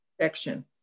section